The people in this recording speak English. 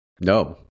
no